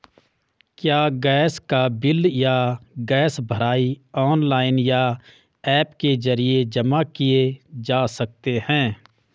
क्या गैस का बिल या गैस भराई ऑनलाइन या ऐप के जरिये जमा किये जा सकते हैं?